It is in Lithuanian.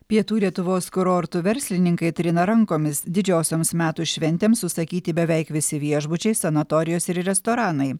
pietų lietuvos kurortų verslininkai trina rankomis didžiosioms metų šventėms užsakyti beveik visi viešbučiai sanatorijos ir restoranai